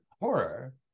horror